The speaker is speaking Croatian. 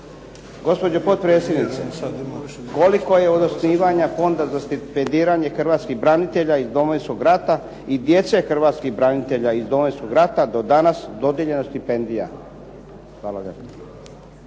Gospođo potpredsjednice, koliko je od osnivanja Fonda za stipendiranje Hrvatskih branitelja iz Domovinskog rata i djece Hrvatskih branitelja iz Domovinskog rata do danas dodijeljeno stipendija? Hvala